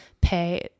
pay